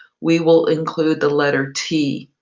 we will include the letter t.